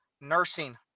nursing